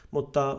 Mutta